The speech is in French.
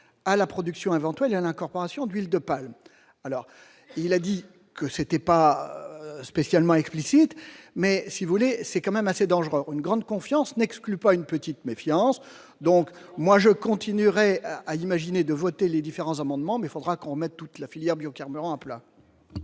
à la production, avant tout, il y a l'incorporation d'huile de palme alors il a dit que c'était pas spécialement explicite mais si vous voulez, c'est quand même assez dangereux ont une grande confiance n'exclut pas une petite méfiance donc moi je continuerai à imaginer de voter les différents amendements mais il faudra qu'on mette toute la filière biocarburants à plat.